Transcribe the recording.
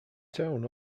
town